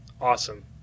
awesome